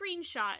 screenshot